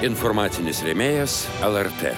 informacinis rėmėjas lrt